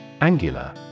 Angular